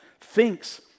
thinks